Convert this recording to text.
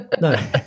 no